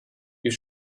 you